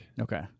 Okay